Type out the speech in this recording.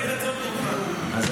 כתבתי לו גם תגובה, כי זה מגיע לו.